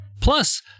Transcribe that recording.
Plus